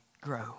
grow